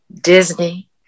Disney